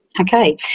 okay